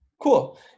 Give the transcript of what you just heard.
cool